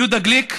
יהודה גליק,